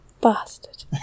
Bastard